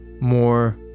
more